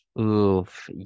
Oof